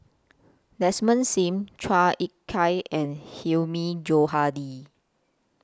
Desmond SIM Chua Ek Kay and Hilmi Johandi